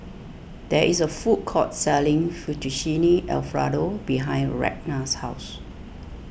there is a food court selling Fettuccine Alfredo behind Ragna's house